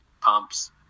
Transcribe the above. pumps